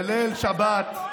בליל שבת,